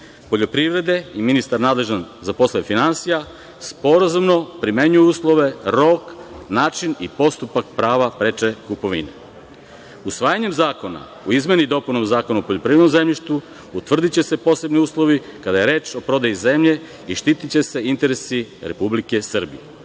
poljoprivrede i ministar nadležan za poslove finansija sporazumno primenjuje uslove, rok, način i postupak prava preče kupovine. Usvajanjem zakona o izmeni i dopuni Zakona o poljoprivrednom zemljištu utvrdiće se posebni uslovi kada je reč o prodaji zemlje i štitiće se interesi Republike